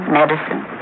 medicine